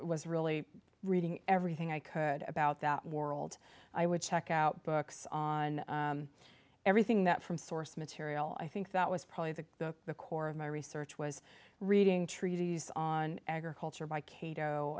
was really reading everything i could about that world i would check out books on everything that from source material i think that was probably the book the core of my research was reading treaties on agriculture by cato